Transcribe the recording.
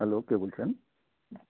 hello কে বলছেন